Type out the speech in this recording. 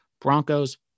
Broncos